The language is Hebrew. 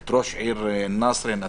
של ראש העיר נצרת,